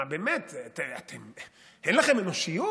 מה, באמת, אין לכם אנושיות?